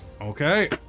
Okay